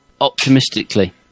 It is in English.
optimistically